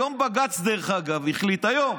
היום בג"ץ החליט, היום,